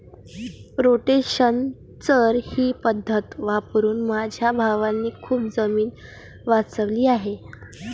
rotational चर ही पद्धत वापरून माझ्या भावाने खूप जमीन वाचवली आहे